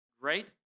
Great